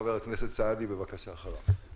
חבר הכנסת סעדי, בבקשה, אחריו.